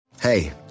Hey